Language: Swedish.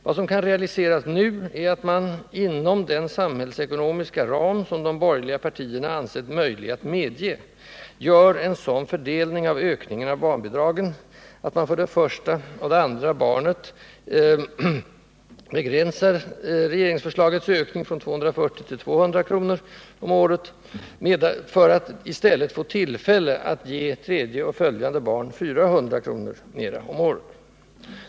Vad som kan realiseras nu är att man — inom den samhällsekonomiska ram som de borgerliga partierna ansett möjlig att medge — gör en sådan fördelning av ökningen av barnbidragen, att man för det första och det andra barnet begränsar regeringsförslagets ökning från 240 till 200 kr. om året för att i stället få tillfälle att för det tredje barnet och eventuellt följande barn lägga till ytterligare 400 kr. per barn och år.